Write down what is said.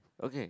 okay